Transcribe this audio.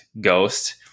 ghost